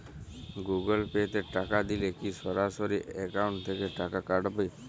Google Pay তে টাকা দিলে কি সরাসরি অ্যাকাউন্ট থেকে টাকা কাটাবে?